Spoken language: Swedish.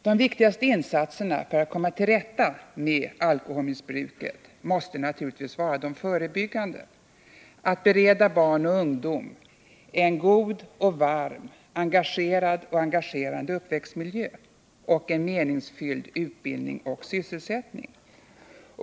De viktigaste insatserna för att komma till rätta med alkoholmissbruket måste naturligtvis vara de förebyggande: att bereda barn och ungdom en god och varm, engagerad och engagerande uppväxtmiljö och en meningsfylld utbildning och sysselsättning.